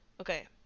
Okay